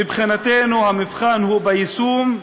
מבחינתנו המבחן הוא ביישום,